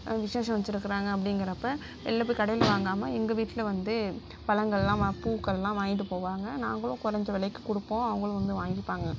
விசேஷம் வச்சிருக்கிறாங்க அப்டிங்கிறப்ப வெளில போய் கடையில் வாங்காமல் எங்கள் வீட்டில வந்து பழங்கெல்லாம் பூக்கெல்லாம் வாங்கிட்டு போவாங்க நாங்களும் குறஞ்ச விலைக்கு கொடுப்போம் அவங்களும் வந்து வாங்கிப்பாங்க